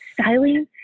styling